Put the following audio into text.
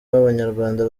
w’abanyarwanda